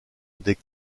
des